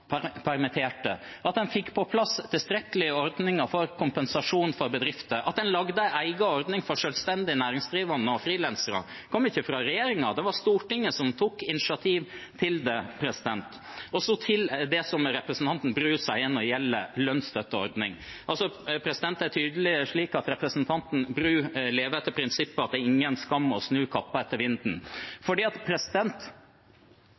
at en fikk på plass tilstrekkelige ordninger for kompensasjon for bedrifter og for å få laget en egen ordning for selvstendig næringsdrivende og frilansere. Det kom ikke fra regjeringen. Det var Stortinget som tok initiativ til det. Så til det som representanten Bru sier når det gjelder lønnsstøtteordning: Det er tydelig slik at representanten Bru lever etter prinsippet om at det er ingen skam å snu kappa etter vinden,